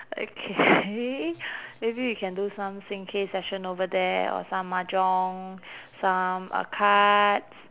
okay maybe we can do sing K session over there or some mahjong some uh cards